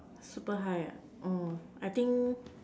super high ah mm I think